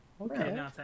okay